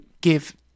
give